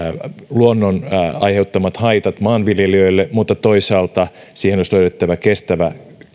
luonnon aiheuttamat haitat maanviljelijöille mutta toisaalta siihen olisi löydettävä kestävä